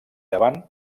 davant